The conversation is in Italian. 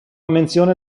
menzione